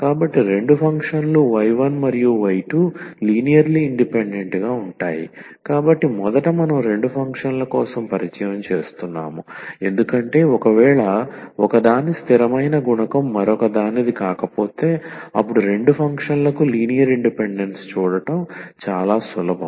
కాబట్టి రెండు ఫంక్షన్లు y1 y2 లినియర్లీ ఇండిపెండెంట్ గా ఉంటాయి కాబట్టి మొదట మనం రెండు ఫంక్షన్ల కోసం పరిచయం చేస్తున్నాము ఎందుకంటే ఒకవేళ ఒకదాని స్థిరమైన గుణకం మరొక దానిది కాకపోతే అపుడు రెండు ఫంక్షన్లకు లీనియర్ ఇండిపెండెన్స్ చూడటం చాలా సులభం